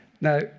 Now